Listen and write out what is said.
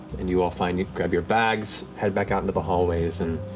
and you all find, you grab your bags, head back out into the hallways, and